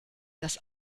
das